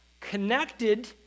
connected